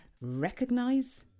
recognize